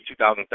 2013